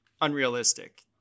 unrealistic